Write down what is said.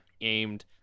aimed